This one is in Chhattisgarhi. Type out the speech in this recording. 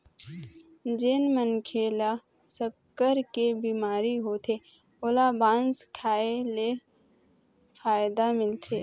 जेन मनखे ल सक्कर के बिमारी होथे ओला बांस खाए ले फायदा मिलथे